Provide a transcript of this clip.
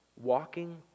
walking